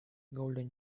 golden